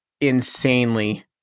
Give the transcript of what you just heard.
insanely